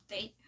update